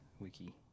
wiki